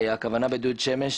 הכוונה בדוד שמש,